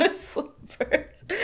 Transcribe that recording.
slippers